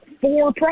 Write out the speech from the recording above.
four